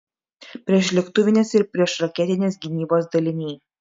priešlėktuvinės ir priešraketinės gynybos daliniai